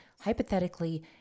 hypothetically